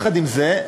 יחד עם זה,